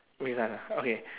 we start ah okay